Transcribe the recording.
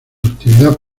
actividad